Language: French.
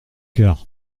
heures